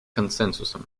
консенсусом